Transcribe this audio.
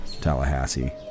Tallahassee